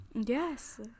yes